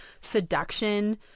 seduction